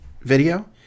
video